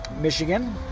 Michigan